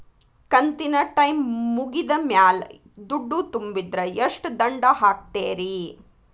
ಕಂತಿನ ಟೈಮ್ ಮುಗಿದ ಮ್ಯಾಲ್ ದುಡ್ಡು ತುಂಬಿದ್ರ, ಎಷ್ಟ ದಂಡ ಹಾಕ್ತೇರಿ?